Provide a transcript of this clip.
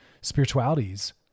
spiritualities